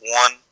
one